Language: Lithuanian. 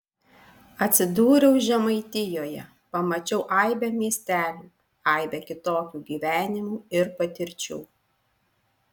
atsidūriau žemaitijoje pamačiau aibę miestelių aibę kitokių gyvenimų ir patirčių